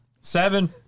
Seven